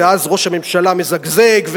ואז ראש הממשלה מזגזג.